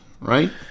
right